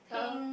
uh